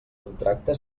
contracte